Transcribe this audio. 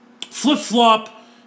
flip-flop